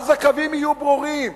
אז הקווים יהיו ברורים,